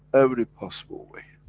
every possible way.